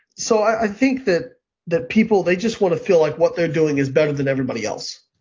so i think that that people, they just want to feel like what they're doing is better than anybody else.